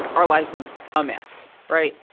our life was a mess, right?